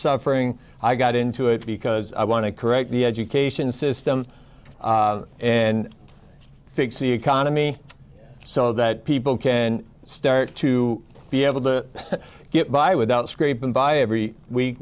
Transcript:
suffering i got into it because i want to correct the education system and fix the economy so that people can start to be able to get by without scraping by every week